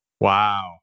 Wow